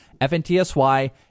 FNTSY